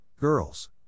girls